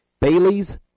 Bailey's